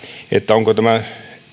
onko tämä